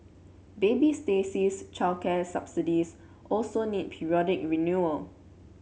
baby Stacey's childcare subsidies also need periodic renewal